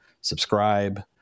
subscribe